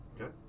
Okay